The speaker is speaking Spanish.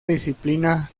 disciplina